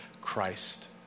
Christ